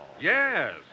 Yes